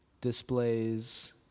displays